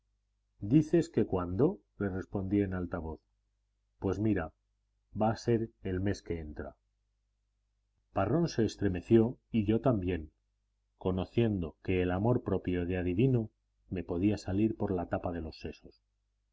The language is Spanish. dices que cuándo le respondí en alta voz pues mira va a ser el mes que entra parrón se estremeció y yo también conociendo que el amor propio de adivino me podía salir por la tapa de los sesos